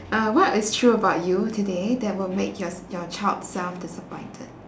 uh what is true about you today that will make your your child self disappointed